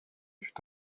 fut